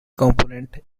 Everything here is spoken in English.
component